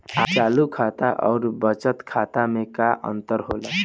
चालू खाता अउर बचत खाता मे का अंतर होला?